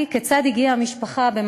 חלקן משחקות גם במתווה הנוכחי,